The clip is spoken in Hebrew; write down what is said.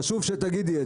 חשוב שתגידי את זה.